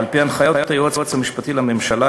ועל-פי הנחיות היועץ המשפטי לממשלה,